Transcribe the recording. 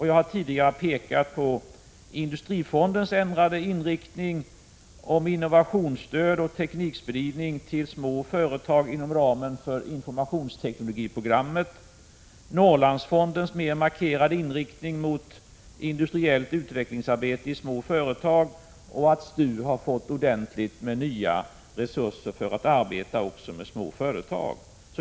Jag har tidigare pekat på Industrifondens ändrade inriktning, innovationsstöd och teknikspridning till små företag inom ramen för informationsteknologiprogrammet, Norrlandsfondens mer markerade inriktning mot industriellt utvecklingsarbete i småföretag samt att STU fått ordentligt med nya resurser för att arbeta med småföretag.